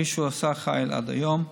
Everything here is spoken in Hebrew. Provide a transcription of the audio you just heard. כפי שהוא עשה חיל עד היום,